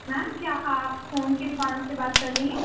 میم کیا آپ فون کی دکان سے بات کر رہی ہیں